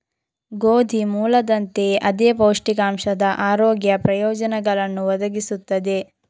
ಗೋಧಿ ಮೂಲದಂತೆಯೇ ಅದೇ ಪೌಷ್ಟಿಕಾಂಶದ ಆರೋಗ್ಯ ಪ್ರಯೋಜನಗಳನ್ನು ಒದಗಿಸುತ್ತದೆ